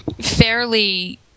fairly